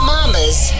Mama's